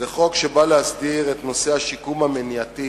זה חוק שבא להסדיר את נושא השיקום המניעתי